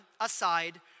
aside